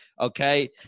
Okay